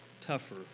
tougher